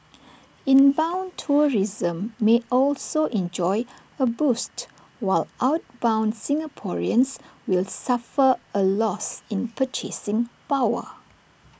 inbound tourism may also enjoy A boost while outbound Singaporeans will suffer A loss in purchasing power